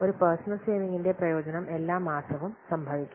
ഒരു പേഴ്സണൽ സേവിംഗിന്റെ പ്രയോജനം എല്ലാ മാസവും സംഭവിക്കാം